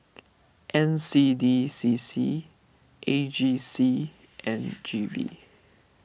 N C D C C A G C and G V